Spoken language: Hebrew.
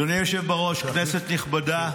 אדוני היושב בראש, כנסת נכבדה,